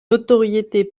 notoriété